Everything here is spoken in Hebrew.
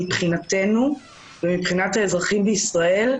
מבחינתנו ומבחינת האזרחים בישראל,